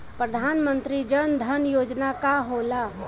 प्रधानमंत्री जन धन योजना का होला?